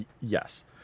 yes